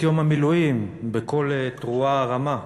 את יום המילואים בקול תרועה רמה.